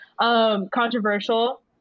Controversial